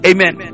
Amen